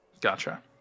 gotcha